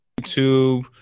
YouTube